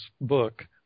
book